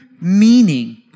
meaning